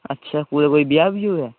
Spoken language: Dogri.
अच्छा कुतै कोई ब्याह् ब्यूह् ऐ